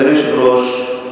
אדוני היושב-ראש,